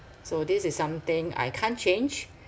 so this is something I can't change